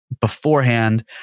beforehand